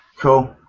cool